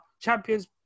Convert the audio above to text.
Champions